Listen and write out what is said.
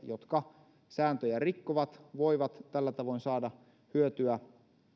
jotka sääntöjä rikkovat voivat tällä tavoin saada hyötyä